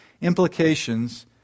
implications